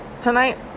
tonight